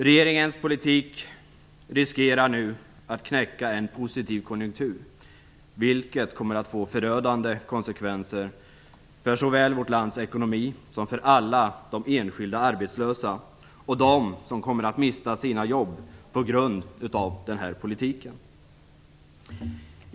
Regeringens politik riskerar nu att knäcka en positiv konjunktur, vilket kommer att få förödande konsekvenser för såväl vårt lands ekonomi som för alla de enskilda arbetslösa och de som kommer att mista sina jobb på grund av den här politiken.